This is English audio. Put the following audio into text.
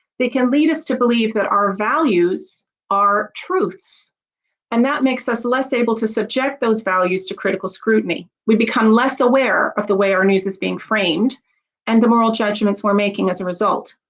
they can lead us to believe that our values are truths and that makes us less able to subject those values to critical scrutiny, we become less aware of the way our news is being framed and the moral judgments we're making as a result.